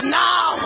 now